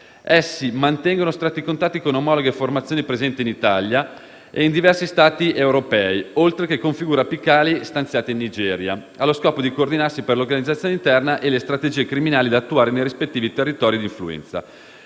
Essi mantengono stretti contatti con omologhe formazioni presenti in Italia e in diversi Stati europei, oltre che con figure apicali stanziate in Nigeria, allo scopo di coordinarsi, per l'organizzazione interna e le strategie criminali da attuare nei rispettivi territori d'influenza.